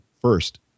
first